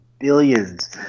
billions